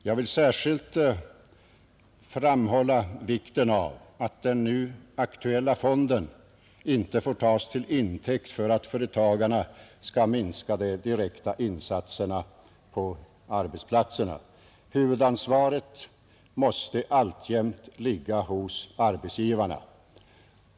Jag vill särskilt framhålla —— ——t vikten av att den nu aktuella fonden inte får tas till intäkt för att ÅAndring ilagen om företagarna skall minska de direkta insatserna på arbetsplatserna. )rkesskadeförsäk Huvudansvaret måste alltjämt ligga hos arbetsgivarna.